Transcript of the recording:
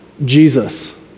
Jesus